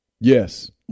Yes